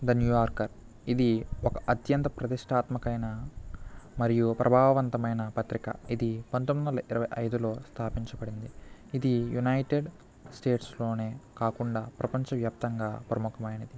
the New Yorker ఇది ఒక అత్యంత ప్రతిష్టాత్మకైనా మరియు ప్రభావంతమైన పత్రిక ఇది పంతొమ్మిది వందల ఇరవై ఐదులో స్థాపించబడింది ఇది యునైటెడ్ స్టేట్స్ లోనే కాకుండా ప్రపంచవ్యాప్తంగా ప్రముఖమైనది